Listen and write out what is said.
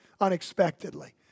unexpectedly